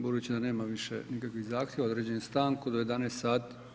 Budući da nema više nikakvih zahtjeva, određujem stanku do 11 sati.